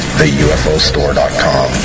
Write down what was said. theUFOStore.com